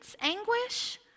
anguish